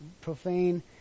profane